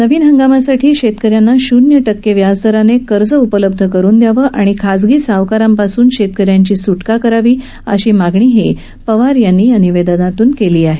नवीन हंगामासाठी शेतकऱ्यांना शून्य टक्के व्याज दराने कर्जही उपलब्ध करून दयावं आणि खासगी सावकारांपासून शेतकऱ्यांची सुटका करावी अशी मागणीही पवार यांनी या निवेदनातून केली आहे